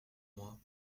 moi